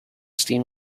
steam